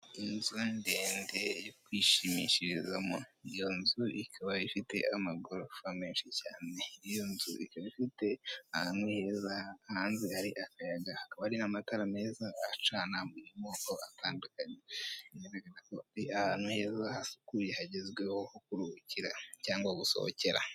Inzu ndende yo kwishimishirizamo, iyo nzu ikaba ifite amagorofa menshi cyane, iyo nzu ikaba ifite ahantu heza hanze hari akayaga, hakaba hariho amatara meza acana mu moko atandukanye, bigaragaza ahantu heza hasukuye hagezweho ho kuruhukira cyangwa gusohokera.